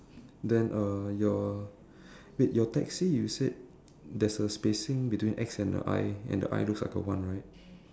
then uh your wait your taxi you said there's a spacing between X and the I and the I looks like a one right